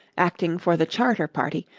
acting for the charter-party,